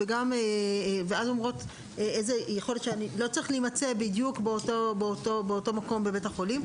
לא צריך להימצא בדיוק באותו מקום בבית החולים.